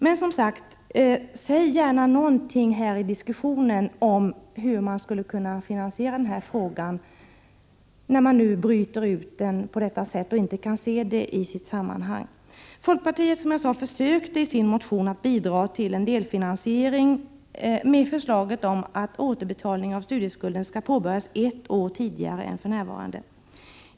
Men, som sagt, det vore bra om man kunde säga någonting i diskussionen om hur man skulle kunna finansiera förslaget när man bryter ut denna fråga på detta sätt och inte kan se den i sitt sammanhang. Folkpartiet försökte alltså i sin motion bidra till en delfinansiering med förslaget att återbetalningen av studieskulden skall påbörjas ett år tidigare än för närvarande.